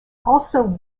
also